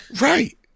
right